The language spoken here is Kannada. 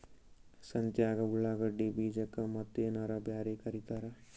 ಸಂತ್ಯಾಗ ಉಳ್ಳಾಗಡ್ಡಿ ಬೀಜಕ್ಕ ಮತ್ತೇನರ ಬ್ಯಾರೆ ಕರಿತಾರ?